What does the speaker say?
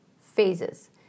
phases